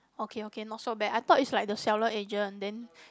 okay okay not so bad I thought it's like the seller agent then